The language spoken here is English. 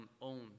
own